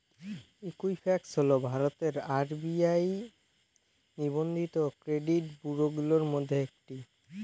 Equifax হল ভারতের RBI নিবন্ধিত ক্রেডিট ব্যুরোগুলির মধ্যে একটি